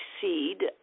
seed